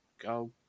go